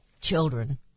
children